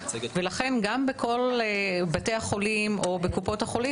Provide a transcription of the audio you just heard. לכן גם בכל בתי החולים או בקופות החולים